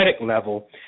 level